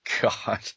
God